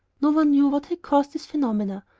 no one knew what had caused these phenomena,